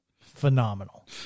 phenomenal